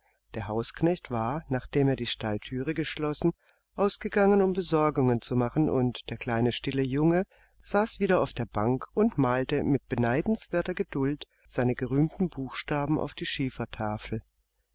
der hausknecht war nachdem er die stallthüre geschlossen ausgegangen um besorgungen zu machen und der kleine stille junge saß wieder auf der bank und malte mit beneidenswerter geduld seine gerühmten buchstaben auf die schiefertafel